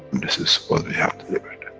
this is what we have delivered.